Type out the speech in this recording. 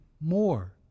more